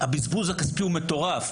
הבזבוז הכספי הוא מטורף.